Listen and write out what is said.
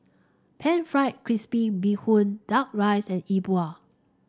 pan fried crispy Bee Hoon duck rice and E Bua